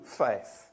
faith